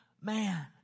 man